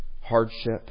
hardship